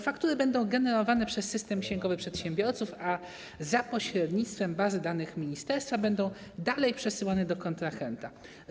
Faktury będą generowane w systemie księgowym przedsiębiorców, a za pośrednictwem bazy danych ministerstwa będą przesyłane do kontrahentów.